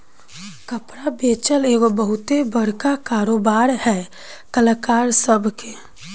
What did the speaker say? कपड़ा बेचल एगो बहुते बड़का कारोबार है कलाकार सभ के